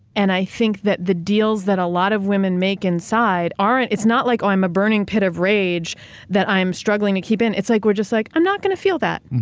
and i think that the deals that a lot of women make inside aren't, it's not like oh, i'm a burning pit of rage that i'm struggling to keep in. it's like, we're just like, i'm not going to feel that.